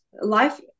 life